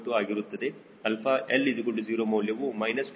2 ಆಗಿರುತ್ತದೆ 𝛼L0 ಮೌಲ್ಯವು 2